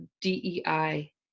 DEI